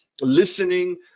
listening